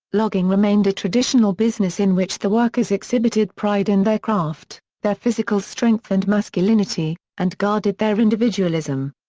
logging remained a traditional business in which the workers exhibited pride in their craft, their physical strength and masculinity, and guarded their individualism.